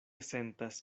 sentas